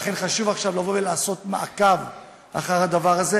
לכן, חשוב עכשיו לעשות מעקב אחר הדבר הזה.